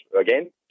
again